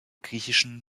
griechischen